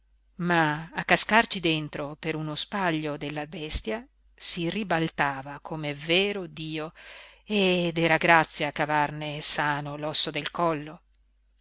ma a cascarci dentro per uno spaglio della bestia si ribaltava com'è vero dio ed era grazia cavarne sano l'osso del collo